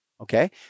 Okay